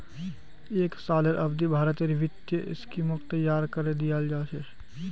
एक सालेर अवधित भारतेर वित्तीय स्कीमक तैयार करे दियाल जा छे